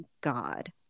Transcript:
god